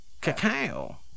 Cacao